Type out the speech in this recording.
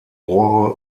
rohre